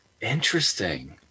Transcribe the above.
Interesting